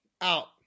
out